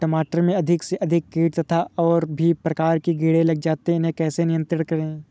टमाटर में अधिक से अधिक कीट तथा और भी प्रकार के कीड़े लग जाते हैं इन्हें कैसे नियंत्रण करें?